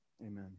amen